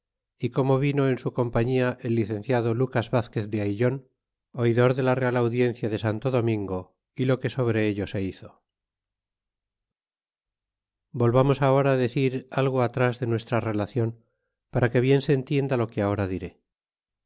y como vino en su com pajita el licenciado lucas vasquez de aillon oidor de la real audiencia de santo domingo y lo que sobre ello se hizo volvamos ahora decir algo atras de nuestra relacion para que bien se entienda lo que ahora diré